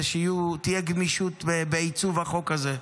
ושתהיה גמישות בעיצוב החוק הזה.